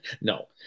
No